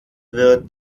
wird